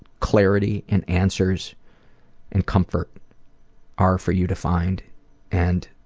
clarity and answers and comfort are for you to find and